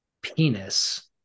penis